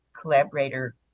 collaborator